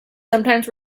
sometimes